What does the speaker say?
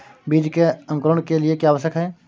बीज के अंकुरण के लिए क्या आवश्यक है?